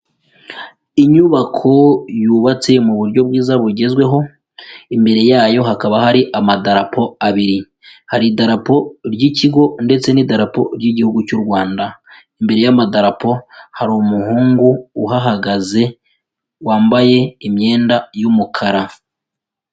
Inyubako yubatse mu buryo bwiza bugezweho, imbere yayo hakaba hari amadarapo abiri, hari idarapo ry'ikigo ndetse n'idapo ry'Igihugu cy'u Rwanda. Imbere y'amadarapo hari umuhungu uhagaze wambaye imyenda y'umukara.